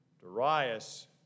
Darius